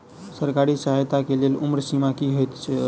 सरकारी सहायता केँ लेल उम्र सीमा की हएत छई?